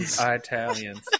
italians